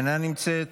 אינה נמצאת,